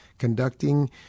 Conducting